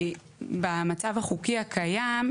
במצב החוקי הקיים,